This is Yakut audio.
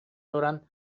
туран